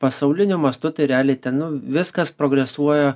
pasauliniu mastu tai realiai ten nu viskas progresuoja